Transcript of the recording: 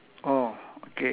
alright K